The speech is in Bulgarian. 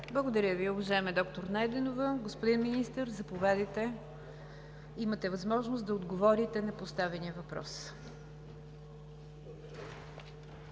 Благодаря Ви, уважаема доктор Найденова. Господин Министър, заповядайте, имате възможност да отговорите на поставения въпрос.